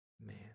man